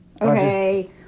Okay